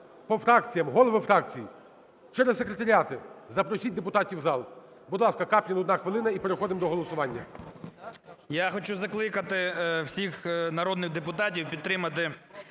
Я хочу закликати всіх народних депутатів підтримати